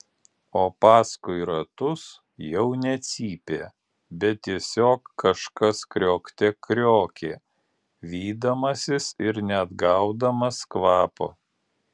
o paskui ratus jau ne cypė bet tiesiog kažkas kriokte kriokė vydamasis ir neatgaudamas kvapo